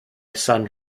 san